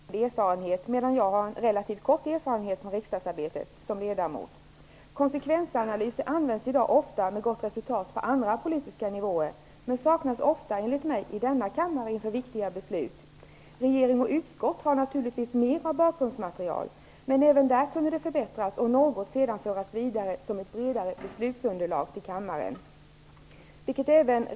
Fru talman! Jag vill ställa en fråga till statsministern. Statsministern har lång erfarenhet, och jag har relativt kort erfarenhet av riksdagsarbetet och som ledamot. Konsekvensanalyser används i dag ofta med gott resultat på andra politiska nivåer, men saknas ofta enligt mig i denna kammare inför viktiga beslut. Regeringen och utskotten har naturligtvis mer bakgrundsmaterial, men även där skulle detta kunna förbättras och föras vidare som ett bredare beslutsunderlag till kammaren.